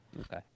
okay